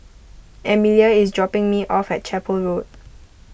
Emilia is dropping me off at Chapel Road